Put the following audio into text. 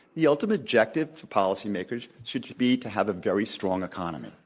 the ultimate objective for policy makers should should be to have a very strong economy.